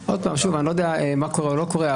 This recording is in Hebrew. שוב, אני לא יודע מה קורה או לא קורה.